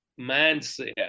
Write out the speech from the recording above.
mindset